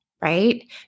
right